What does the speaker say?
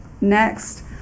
Next